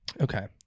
okay